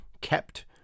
kept